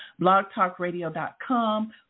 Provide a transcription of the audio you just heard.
blogtalkradio.com